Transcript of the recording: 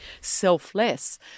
selfless